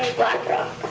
black rock.